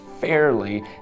fairly